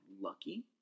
lucky